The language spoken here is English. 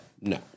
No